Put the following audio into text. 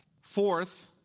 Fourth